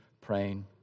praying